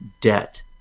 debt